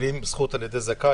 מגלגלים זכות על ידי זכאי.